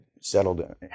settled